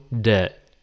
debt